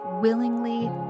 willingly